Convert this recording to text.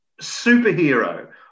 superhero